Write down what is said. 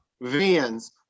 Vans